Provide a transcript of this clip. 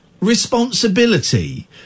responsibility